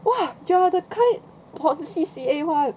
!wah! you are the for the C_C_A [one]